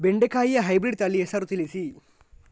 ಬೆಂಡೆಕಾಯಿಯ ಹೈಬ್ರಿಡ್ ತಳಿ ಹೆಸರು ತಿಳಿಸಿ?